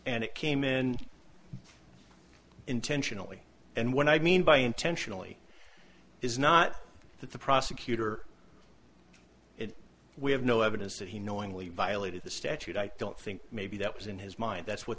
and it came in intentionally and what i mean by intentionally is not that the prosecutor and we have no evidence that he knowingly violated the statute i don't think maybe that was in his mind that's what